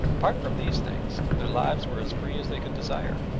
apart from these things, their lives were as free as they could desire.